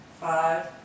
five